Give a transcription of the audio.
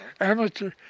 amateur